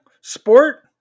sport